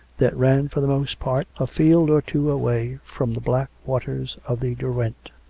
that ran, for the most part, a field or two away from the black waters of the derwent.